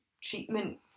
treatment